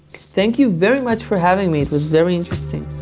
thank you very much for having me. it was very interesting.